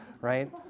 Right